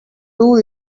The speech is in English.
two